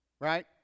Right